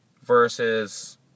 versus